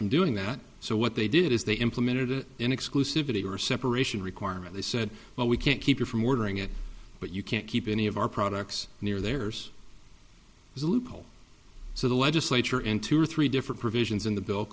from doing that so what they did is they implemented it in exclusivity or separation requirement they said well we can't keep you from ordering it but you can't keep any of our products near theirs is a loophole so the legislature in two or three different provisions in the bill